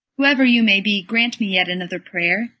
whoever you may be grant me yet another prayer.